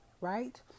right